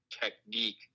technique